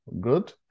Good